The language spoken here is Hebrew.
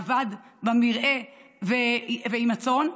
עבד במרעה עם הצאן,